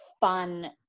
fun